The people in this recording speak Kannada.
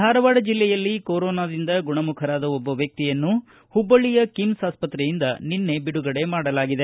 ಧಾರವಾಡ ಜಿಲ್ಲೆಯಲ್ಲಿ ಕೊರೊನಾದಿಂದ ಗುಣಮುಖರಾದ ಒಬ್ಬ ವ್ಯಕ್ತಿಯನ್ನು ಹುಬ್ಬಳ್ಳಿಯ ಕಿಮ್ಲ್ ಆಸ್ಟತ್ರೆಯಿಂದ ನಿನ್ನೆ ಬಿಡುಗಡೆ ಮಾಡಲಾಗಿದೆ